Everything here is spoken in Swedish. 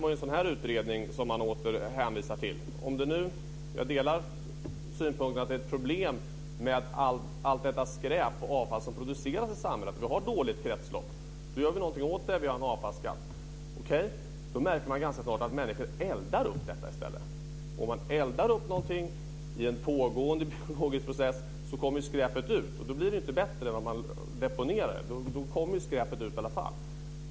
Det är en sådan utredning som man åter hänvisar till. Om vi delar synpunkten att allt det skräp och avfall som produceras i samhället är ett problem - vi har ett dåligt kretslopp - gör vi någonting åt det. Vi har en avfallsskatt. Då märker man ganska snart att människor eldar upp avfallet i stället. Om man eldar upp någonting i en pågående biologisk process kommer skräpet ut, och då blir det inte bättre än om man deponerar det. Då kommer skräpet ut i alla fall.